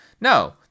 No